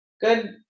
good